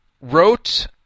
wrote